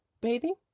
Bathing